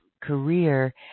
career